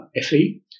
FE